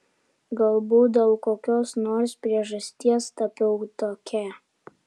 galbūt dėl kokios nors priežasties tapau tokia